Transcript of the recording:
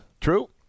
True